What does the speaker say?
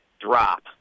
drop